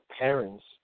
parents